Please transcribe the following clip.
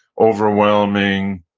overwhelming,